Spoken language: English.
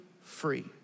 free